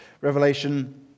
Revelation